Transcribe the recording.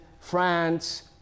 France